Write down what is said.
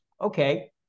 Okay